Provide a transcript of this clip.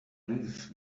live